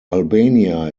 albania